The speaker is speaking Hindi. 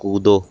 कूदो